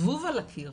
זבוב על הקיר,